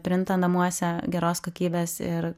printą namuose geros kokybės ir